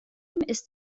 ist